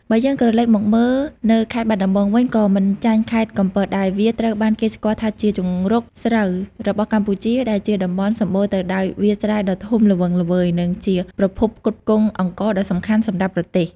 បើយើងក្រឡេកមកមើលនៅខេត្តបាត់ដំបងវិញក៏មិនចាញ់ខេត្តកំពតដែរ វាត្រូវបានគេស្គាល់ថាជា ជង្រុកស្រូវ របស់កម្ពុជាដែលជាតំបន់សម្បូរទៅដោយវាលស្រែដ៏ធំល្វឹងល្វើយ និងជាប្រភពផ្គត់ផ្គង់អង្ករដ៏សំខាន់សម្រាប់ប្រទេស ។